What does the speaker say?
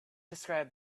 described